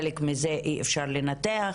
חלק מזה אי אפשר לנתח,